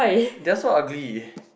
that so ugly